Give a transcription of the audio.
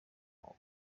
uwo